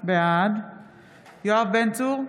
בעד יואב בן צור,